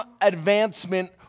advancement